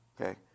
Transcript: Okay